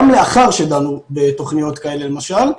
גם לאחר שדנו בתוכניות כאלה למשל,